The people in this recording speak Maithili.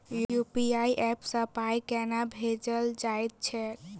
यु.पी.आई ऐप सँ पाई केना भेजल जाइत छैक?